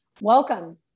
Welcome